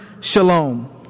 shalom